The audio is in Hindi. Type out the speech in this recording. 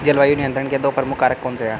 जलवायु नियंत्रण के दो प्रमुख कारक कौन से हैं?